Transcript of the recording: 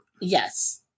Yes